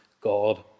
God